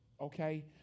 okay